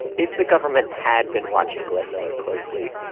if the government had been watching glenn miller closely,